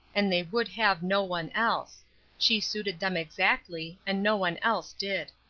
and they would have no one else she suited them exactly, and no one else did.